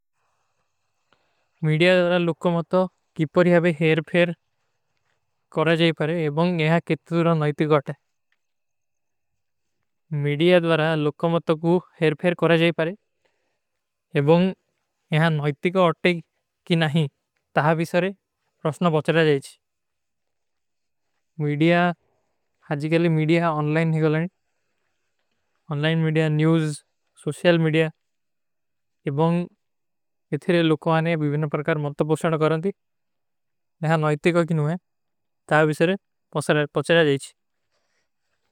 ମୀଡିଯା ଦ୍ଵାରା ଲୋଗ କୋ ମତୋ କୀ ପରିଯାବେ ହେରଫେର କରା ଜାଈ ପାରେ ଏବଂଗ ଯହାଁ କିତ୍ତୁରା ନଯତିକ ଅଟ ହୈ। ମୀଡିଯା ଦ୍ଵାରା ଲୋଗ କୋ ମତୋ କୁଛ ହେରଫେର କରା ଜାଈ ପାରେ ଏବଂଗ ଯହାଁ ନଯତିକ ଅଟ ହୈ କୀ ନହୀଂ। ତହାଂ ଭୀ ସରେ ପ୍ରସନା ବଚଡା ଜାଈଚୀ। ମୀଡିଯା ଦ୍ଵାରା ଲୋଗ କୋ ମତୋ କୀ ପରିଯାବେ ହେରଫେର କରା ଜାଈ ପାରେ ଏବଂଗ ଯହାଁ ନଯତିକ ଅଟ ହୈ। ତହାଂ ଭୀ ସରେ ପ୍ରସନା ବଚଡା ଜାଈଚୀ।